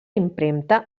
impremta